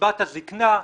בקצבת הזקנה,